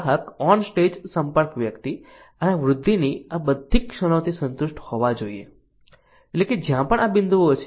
ગ્રાહક on stage સંપર્ક વ્યક્તિ અને વૃદ્ધિની આ બધી ક્ષણોથી સંતુષ્ટ હોવા જોઈએ એટલે કે જ્યાં પણ આ બિંદુઓ છે